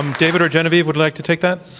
david or genevieve would like to take that?